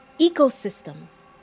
Ecosystems